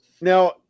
Now